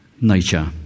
nature